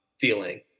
feeling